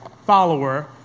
follower